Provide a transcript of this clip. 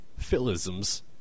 philisms